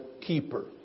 keeper